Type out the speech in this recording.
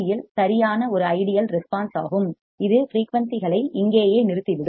யில் சரியான ஒரு ஐடியல் ரெஸ்பான்ஸ் ஆகும் இது ஃபிரீயூன்சிகளை இங்கேயே நிறுத்திவிடும்